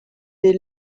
des